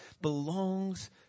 belongs